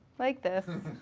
like this,